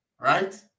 right